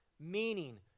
Meaning